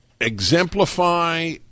exemplify